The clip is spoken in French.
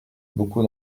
beaucoup